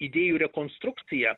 idėjų rekonstrukcija